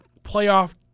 playoff